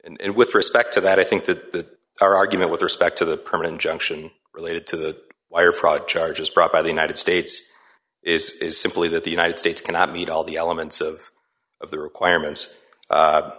now and with respect to that i think that our argument with respect to the permanent junction related to the wire fraud charges brought by the united states is simply that the united states cannot meet all the elements of of the requirements